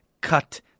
cut